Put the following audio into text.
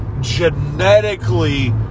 genetically